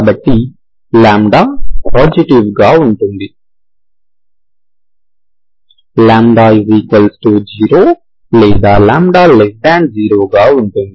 కాబట్టి λ పాజిటివ్ గా ఉంటుంది λ 0 లేదా λ 0 గా ఉంటుంది